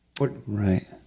Right